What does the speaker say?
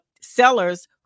sellers